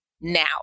now